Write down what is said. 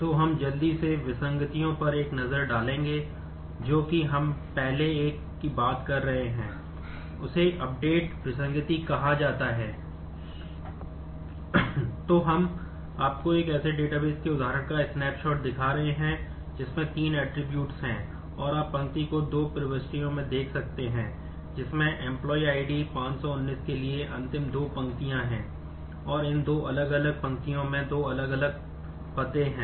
तो हम जल्दी से विसंगतियों हैं और आप पंक्ति को दो प्रविष्टियों में देख सकते हैं जिसमें Employee ID 519 के लिए अंतिम दो पंक्तियाँ हैं और इन दो अलग अलग पंक्तियों में दो अलग अलग पते हैं